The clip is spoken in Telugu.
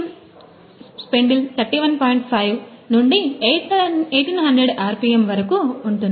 5 ఆర్పిఎమ్ నుండి 1800 ఆర్పిఎమ్ వరకు ఉంటుంది